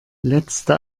letzte